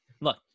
look